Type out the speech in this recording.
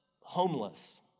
homeless